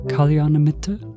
Kalyanamitta